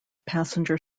passenger